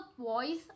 voice